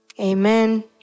Amen